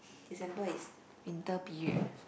December is winter period